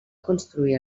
construir